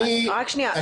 אני --- רק שנייה,